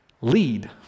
lead